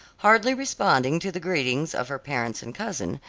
hardly responding to the greetings of her parents and cousin,